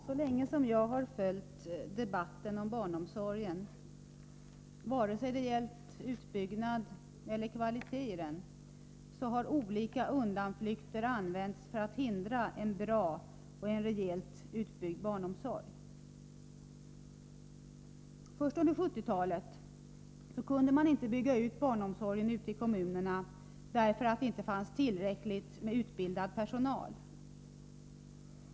Herr talman! Så länge jag har följt debatten om barnomsorgen, vare sig den gällt utbyggnad eller kvalitet, har man tillgripit olika undanflykter för att slippa genomföra en bra och rejält utbyggd barnomsorg. Under 1970-talet kunde man inte bygga ut barnomsorgen ute i kommunerna därför att det inte fanns tillräckligt med utbildad personal.